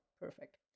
Perfect